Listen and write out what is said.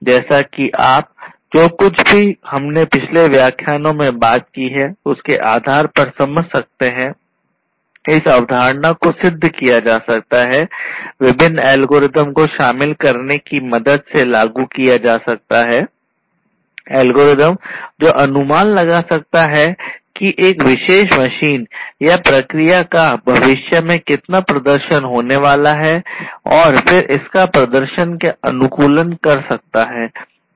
जैसा कि आप जो कुछ भी हमने पिछले व्याख्यानो में बात की है उसके आधार पर समझ सकते हैं इस अवधारणा को सिद्ध किया जा सकता है विभिन्न एल्गोरिदम को शामिल करने की मदद से लागू किया जा सकता है एल्गोरिदम जो अनुमान लगा सकता है कि एक विशेष मशीन या एक प्रक्रिया का भविष्य में कितना प्रदर्शन होने वाला है और फिर इसका प्रदर्शन का अनुकूलन कर सकता है